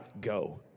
go